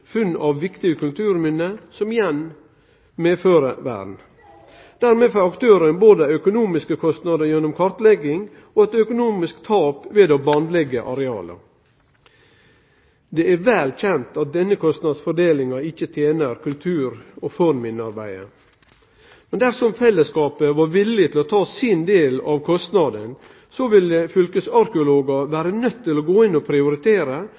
funn av viktige kulturminne som igjen medfører vern. Dermed får aktøren både dei økonomiske kostnadene gjennom kartlegging og eit økonomisk tap ved å bandleggje areala. Det er vel kjent at denne kostnadsfordelinga ikkje tener kultur- og fornminnearbeidet. Dersom fellesskapet var villig til å ta sin del av kostnadene, ville fylkesarkeologar vere nøydde til å gå inn og prioritere